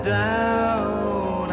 down